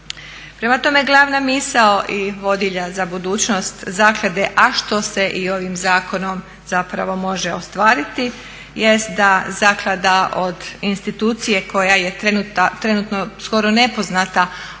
Prema tome, glavna misao i vodilja za budućnost zaklade, a što se i ovim zakonom zapravo može ostvariti jeste da zaklada od institucije koje je trenutno skoro nepoznata,